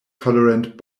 tolerant